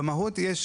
במהות, יש